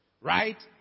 Right